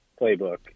playbook